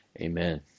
amen